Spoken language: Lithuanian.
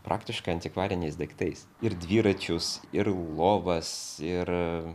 praktiškai antikvariniais daiktais ir dviračius ir lovas ir